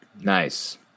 Nice